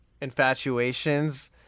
infatuations